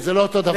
זה לא אותו דבר?